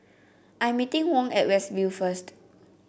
I am meeting Wong at West View first